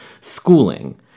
schooling